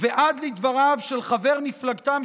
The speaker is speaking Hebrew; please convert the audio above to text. ועד לדבריו של חבר מפלגתם,